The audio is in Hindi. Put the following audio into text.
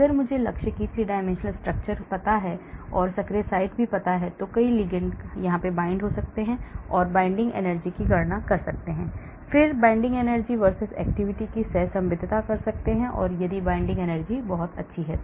अगर मुझे लक्ष्य की 3 आयामी संरचना पता है अगर मुझे सक्रिय साइट पता है तो मैं कई लिगेंड को बांधता हूं और बाध्यकारी ऊर्जा की गणना करता हूं और फिर मैं binding energy versus activity को सहसंबंधित करूंगा इसलिए यदि binding बहुत अच्छा है